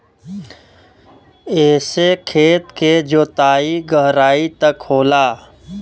एसे खेत के जोताई गहराई तक होला